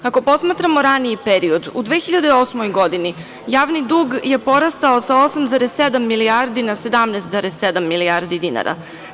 Ako posmatramo raniji period, u 2008. godini, javni dug je porastao sa 8,7 milijardi na 17,7 milijardi dinara.